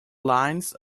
lines